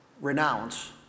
Renounce